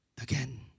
again